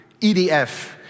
EDF